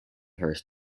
first